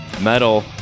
metal